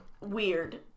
Weird